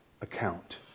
account